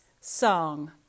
song